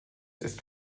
ist